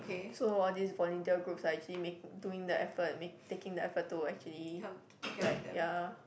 so all these volunteer groups are actually make doing the effort make taking the effort to actually like ya